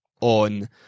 on